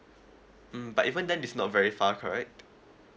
mm but even then this is not very far correct